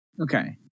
Okay